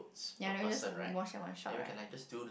ya then we just wash in one shot